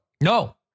No